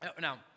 Now